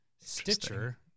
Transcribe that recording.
Stitcher